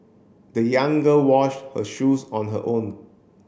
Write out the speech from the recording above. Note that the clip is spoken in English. the young girl washed her shoes on her own